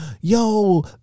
yo